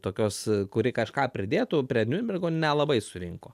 tokios kuri kažką pridėtų prie niurnbergo nelabai surinko